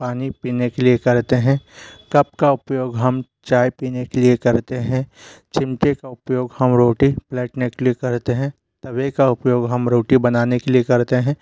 पानी पीने के लिए करते हैं कप का उपयोग हम चाय पीने के लिए करते हैं चिमटे का उपयोग हम रोटी पलटने के लिए करते हैं तवे का उपयोग हम रोटी बनाने के लिए करते हैं